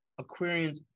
Aquarians